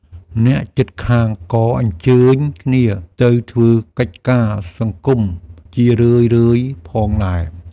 អ្នកជិតខាងក៏អញ្ជើញគ្នាទៅធ្វើកិច្ចការសង្គមជារឿយៗផងដែរ។